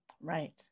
Right